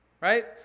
Right